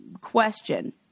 question